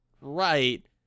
right